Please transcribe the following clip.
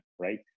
right